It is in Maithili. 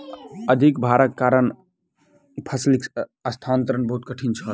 अधिक भारक कारण फसिलक स्थानांतरण बहुत कठिन छल